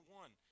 one